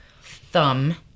thumb